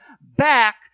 back